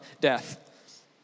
death